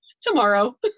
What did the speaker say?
tomorrow